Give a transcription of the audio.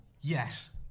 yes